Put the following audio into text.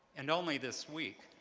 and only this week,